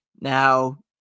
Now